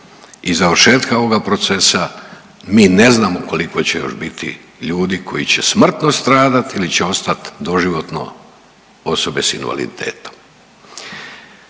i završetka ovoga procesa mi ne znamo koliko će još biti ljudi koji će smrtno stradat ili će ostat doživotno osobe s invaliditetom.